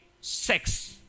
sex